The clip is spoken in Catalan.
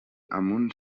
amb